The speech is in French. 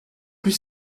plus